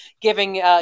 giving